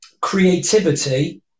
creativity